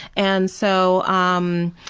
and so um,